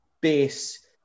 base